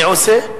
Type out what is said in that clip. מי עושה?